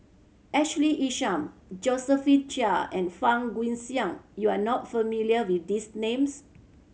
Ashley Isham Josephine Chia and Fang Guixiang you are not familiar with these names